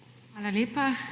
Hvala lepa.